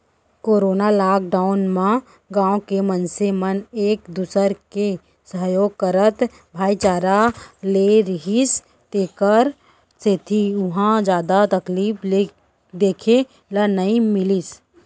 corona lockdown म गाँव के मनसे मन एक दूसर के सहयोग करत भाईचारा ले रिहिस तेखर सेती उहाँ जादा तकलीफ देखे ल नइ मिलिस